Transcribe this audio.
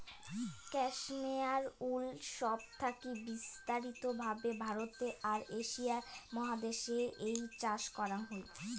cashmere wool সব থাকি বিস্তারিত ভাবে ভারতে আর এশিয়া মহাদেশ এ চাষ করাং হই